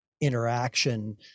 interaction